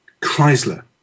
Chrysler